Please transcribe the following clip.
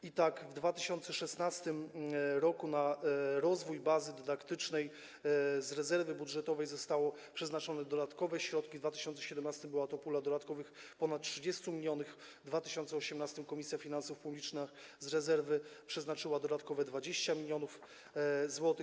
I tak, w 2016 r. na rozwój bazy dydaktycznej z rezerwy budżetowej zostały przeznaczone dodatkowe środki, w 2017 r. była to pula dodatkowych ponad 30 mln zł, w 2018 r. Komisja Finansów Publicznych z rezerwy przeznaczyła na to dodatkowe 20 mln zł.